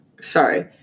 sorry